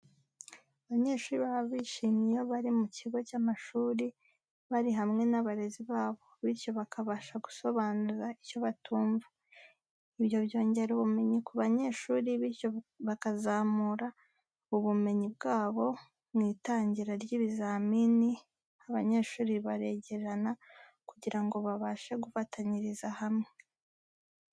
Abanyeshiri baba bishimye iyo bari mu kigo cy'amashuri bari hamwe n'abarezi babo, bityo bakabasha gusobanuza icyo batumva. Ibyo byongera ubumenyi ku banyeshuri bityo bakazamura ubumenyi bwabo mu itangira ry'ibizamini abanyeshuri baregerana kugira ngo babashe gufatanyiriza hamwe.